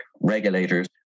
regulators